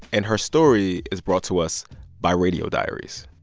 and her story is brought to us by radio diaries